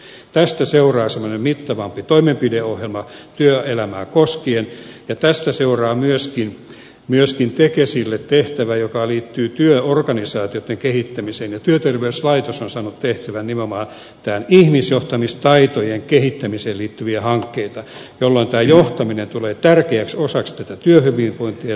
tästä seuraa semmoinen mittavampi toimenpideohjelma työelämää koskien ja tästä seuraa myöskin tekesille tehtävä joka liittyy työorganisaatioitten kehittämiseen ja työterveyslaitos on saanut tehtävän käynnistää nimenomaan ihmisjohtamistaitojen kehittämiseen liittyviä hankkeita jolloin johtaminen tulee tärkeäksi osaksi työhyvinvointia ja tuottavuutta